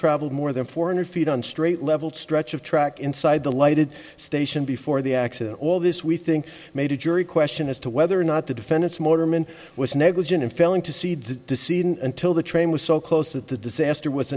traveled more than four hundred feet on straight level stretch of track inside the lighted station before the accident all this we think made a jury question as to whether or not the defendants motormen was negligent in failing to see the decision until the train was so close that the disaster was